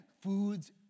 foods